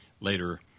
later